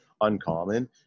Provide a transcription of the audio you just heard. uncommon